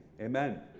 Amen